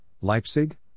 Leipzig